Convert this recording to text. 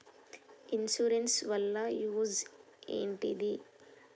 Insurance వాళ్ల use ఏంటిది?